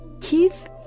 Keith